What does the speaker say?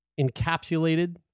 encapsulated